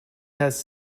has